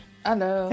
Hello